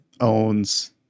owns